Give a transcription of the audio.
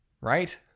right